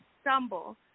stumble